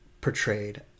portrayed